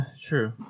true